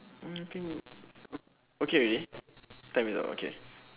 uh I think okay okay already time is up okay